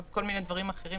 קודם כל אני רוצה להגיד,